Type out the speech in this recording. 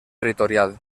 territorial